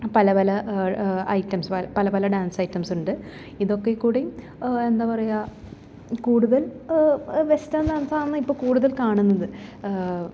പല പല ഐറ്റംസുമായി പല പല ഡാൻസ് ഐറ്റംസ് ഉണ്ട് ഇതൊക്കെ കൂടി എന്താ പറയാ കൂടുതൽ വെസ്റ്റേൺ ഡാൻസാണ് ഇപ്പം കൂടുതൽ കാണുന്നത്